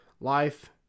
Life